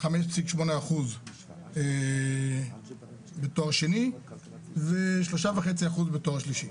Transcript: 5.8% בתואר שני ו-3.5% בתואר שלישי.